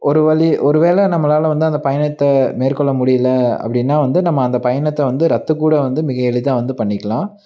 ஒரு வழி ஒரு வேளை நம்மளால் வந்து அந்த பயணத்தை மேற்கொள்ள முடியலை அப்படினா வந்து நம்ம அந்த பயணத்தை வந்து ரத்து கூட வந்து மிக எளிதாக வந்து பண்ணிக்கலாம்